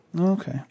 okay